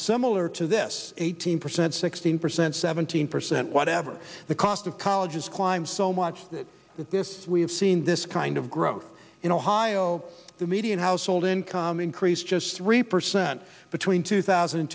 similar to this eighteen percent sixteen percent seventeen percent whatever the cost of college is climb so much that this we have seen this kind of growth in ohio the median household income increase just three percent between two thousand